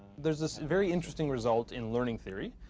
there's this very interesting result in learning theory,